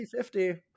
50